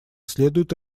следует